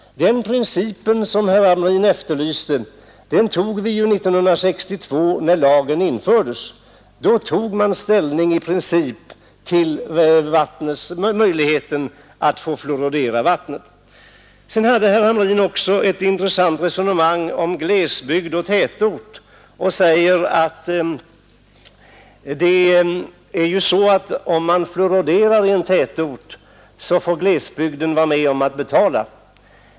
Den princip som herr Hamrin efterlyste fastslog vi 1962 när lagen infördes; vi tog då ställning i princip till frågan om fluoridering av vattnet. Herr Hamrin hade också ett intressant resonemang om glesbygd och tätort. Han sade att glesbygdsbefolkningen får vara med och betala fluorideringen i tätorterna.